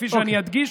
כפי שאני אדגיש,